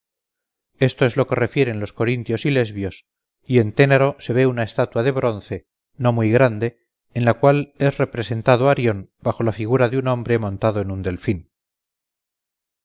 esto es lo que refieren los corintios y lesbios y en ténaro se ve una estatua de bronce no muy grande en la cual es representado arión bajo la figura de un hombre montado en un delfín